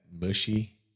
mushy